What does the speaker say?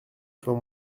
soit